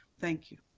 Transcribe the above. thank you.